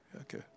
Okay